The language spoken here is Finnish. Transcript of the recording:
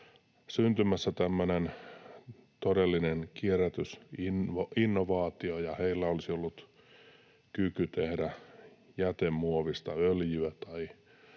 syntymässä tämmöinen todellinen kierrätysinnovaatio, ja heillä olisi ollut kyky tehdä jätemuovista öljyä